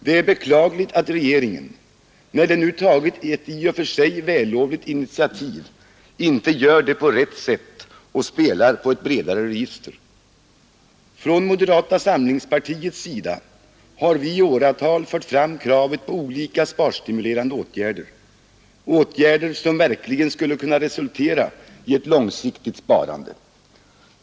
Det är beklagligt att regeringen, när den nu tagit ett i och för sig vällovligt initiativ, inte gör det på rätt sätt och spelar på ett bredare register. Från moderata samlingspartiets sida har vi i åratal fört fram kravet på olika sparstimulerande åtgärder — åtgärder, som verkligen skulle kunna resultera i ett långsiktigt sparande.